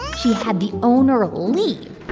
she had the owner ah leave,